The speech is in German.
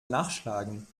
nachschlagen